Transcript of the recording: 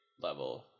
level